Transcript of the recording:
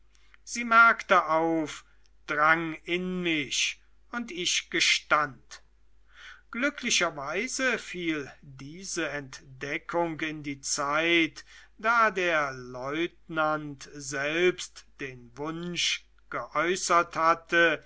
sie merkte auf drang in mich und ich gestand glücklicherweise fiel diese entdeckung in die zeit da der lieutenant selbst den wunsch geäußert hatte